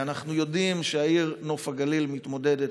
אנחנו יודעים שהעיר נוף הגליל מתמודדת